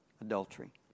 adultery